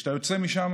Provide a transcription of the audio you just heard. כשאתה יוצא משם